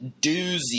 doozy